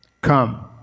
come